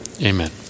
amen